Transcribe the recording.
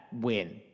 win